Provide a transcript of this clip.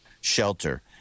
shelter